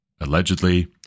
allegedly